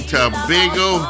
Tobago